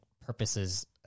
purposes